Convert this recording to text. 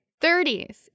30s